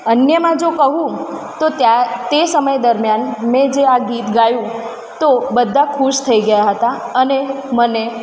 અન્યમાં જો કહું તો ત્યાં તે સમય દરમિયાન મેં જે આ ગીત ગાયું તો બધાં ખુશ થઇ ગયાં હતાં અને મને